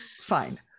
Fine